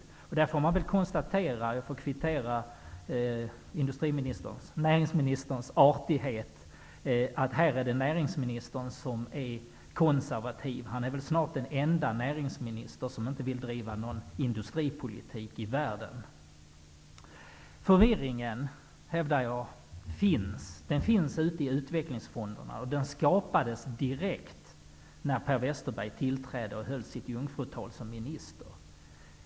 I det sammanhanget kan jag konstatera -- jag får kvittera näringsministerns artighet -- att det är näringsministern som är konservativ. Han är väl snart den enda näringsministern i världen som inte vill driva någon industripolitik. Förvirringen, hävdar jag, finns. Den finns ute i Westerberg tillträdde och höll sitt jungfrutal som minister.